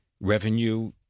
Revenue